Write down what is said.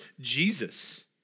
Jesus